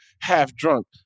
half-drunk